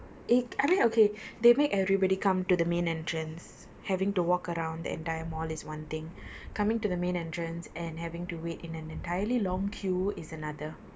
I mean okay they make everybody come to the main entrance having to walk around the entire mall is one thing coming to the main entrance and having to wait in an entirely long queue is another